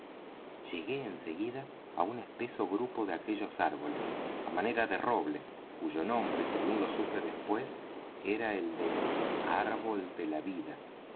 llegué en seguida á un espeso grupo de aquellos árboles á manera de robles cuyo nombre según lo supe después era el de árbol de la vida